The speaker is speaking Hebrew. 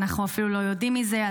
ואנחנו אפילו לא יודעים מזה,